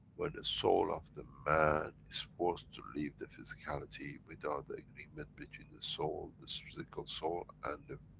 when the soul of the man, is forced to leave the physicality, without the agreement between the soul, the so physical soul and the,